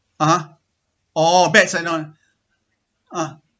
(uh huh) orh bad signal ah